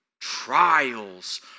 trials